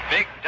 Big